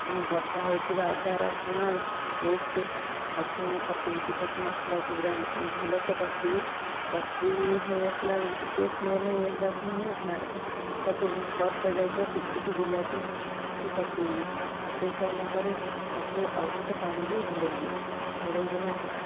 ବଟା ହୋଇଥିବା ଅଦା ରସୁଣ ପେଷ୍ଟ ତାକୁ ପକାଇକି ତାକୁ ମସଲାକୁ ଭଲ ସେ କଷିବେ କଷି ହେଇ ଆସିଲାବେଳକୁ ଟିକେ ସ୍ମେଲ୍ ହେଇ ବାସ୍ନା ହେଇ ଆସିଲାବେଳକୁ ତାକୁ କଟା ଯାଇଥିବା ଟିକି ଟିକି ବିଲାତି କି ପକାଇବେ ପକାଇ ସାରିଲା ପରେ ତାକୁ ଅଳ୍ପ ପାଣି ଦେଇ ଘୋଡ଼ାଇ ଦେବେ ଘୋଡ଼ାଇ ଦେଲା ପରେ